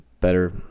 better